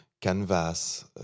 canvas